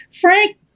Frank